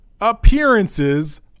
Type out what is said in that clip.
Appearances